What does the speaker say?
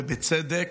ובצדק,